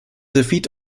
defeat